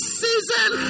season